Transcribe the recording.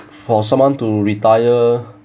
for someone to retire